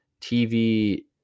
TV